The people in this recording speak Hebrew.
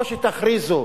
או שתכריזו